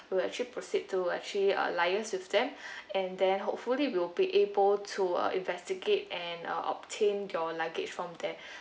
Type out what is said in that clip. we'll actually proceed to actually uh liaise with them and then hopefully we'll be able to uh investigate and uh obtain your luggage from there